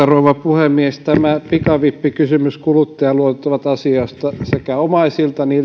rouva puhemies tämä pikavippikysymys kuluttajaluotot on asia josta sekä omaisilta